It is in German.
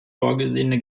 vorgesehene